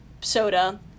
soda